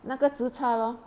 那个 zi char lor